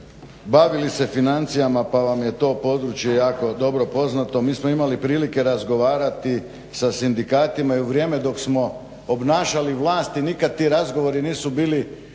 bavili se financijama pa vam je to područje jako dobro poznato. Mi smo imali prilike razgovarati sa sindikatima i u vrijeme dok smo obnašali vlast i nikad ti razgovori nisu bili